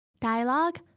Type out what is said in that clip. Dialogue